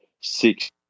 six